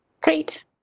Great